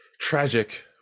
tragic